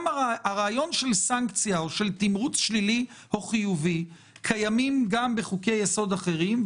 הרעיון של סנקציה או של תמרוץ שלילי או חיובי קיים גם בחוקי-יסוד אחרים.